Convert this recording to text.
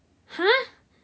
!huh!